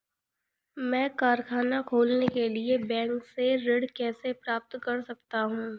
मैं कारखाना खोलने के लिए बैंक से ऋण कैसे प्राप्त कर सकता हूँ?